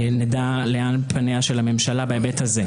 נדע לאן פניה של הממשלה בהיבט הזה.